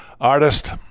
artist